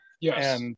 Yes